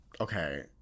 okay